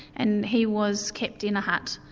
and he was kept in a hut,